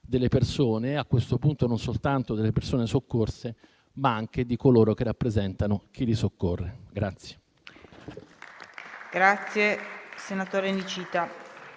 delle persone, a questo punto non soltanto di quelle soccorse, ma anche di coloro che rappresentano chi li soccorre.